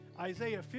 Isaiah